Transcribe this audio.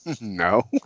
No